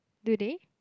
do they